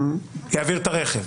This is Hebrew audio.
יעביר את הרכב.